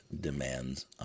demands